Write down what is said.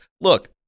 look